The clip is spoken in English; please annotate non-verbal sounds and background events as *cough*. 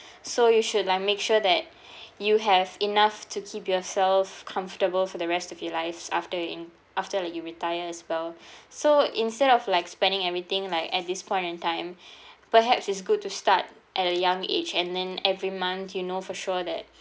*breath* so you should like make sure that *breath* you have enough to keep yourself comfortable for the rest of your life after in after like you retire as well *breath* so instead of like spending everything like at this point in time *breath* perhaps it's good to start at a young age and then every month you know for sure that